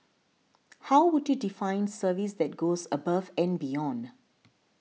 how would you define service that goes above and beyond